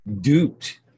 duped